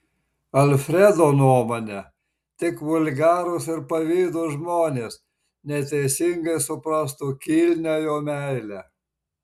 alfredo nuomone tik vulgarūs ir pavydūs žmonės neteisingai suprastų kilnią jo meilę